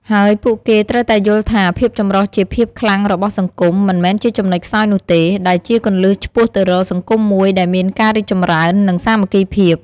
ហើយពួកគេត្រូវតែយល់ថា ភាពចម្រុះជាភាពខ្លាំងរបស់សង្គម មិនមែនជាចំណុចខ្សោយនោះទេ ដែលជាគន្លឹះឆ្ពោះទៅរកសង្គមមួយដែលមានការរីកចម្រើន និងសាមគ្គីភាព។